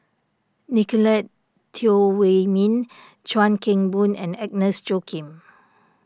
Nicolette Teo Wei Min Chuan Keng Boon and Agnes Joaquim